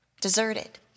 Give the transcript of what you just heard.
deserted